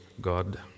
God